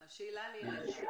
אבל שאלה לי אליך,